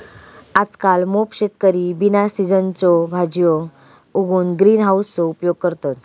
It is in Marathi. आजकल मोप शेतकरी बिना सिझनच्यो भाजीयो उगवूक ग्रीन हाउसचो उपयोग करतत